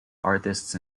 artists